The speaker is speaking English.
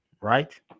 Right